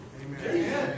Amen